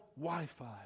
Wi-Fi